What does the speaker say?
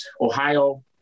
Ohio